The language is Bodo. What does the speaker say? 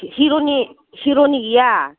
हिर'नि गैया